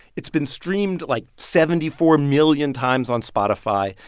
it's been streamed, like, seventy four million times on spotify.